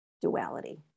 duality